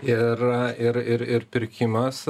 ir ir ir pirkimas